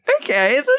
okay